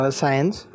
science